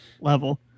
level